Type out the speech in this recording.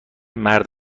مرد